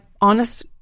honest